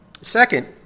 Second